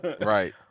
Right